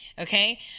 Okay